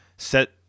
Set